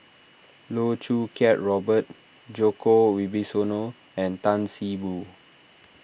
Loh Choo Kiat Robert Djoko Wibisono and Tan See Boo